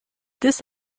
this